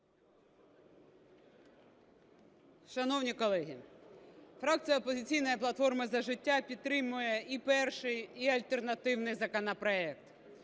Шановні колеги, фракція "Опозиційна платформа – За життя" підтримує і перший, і альтернативний законопроект.